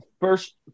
first